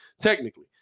technically